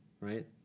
Right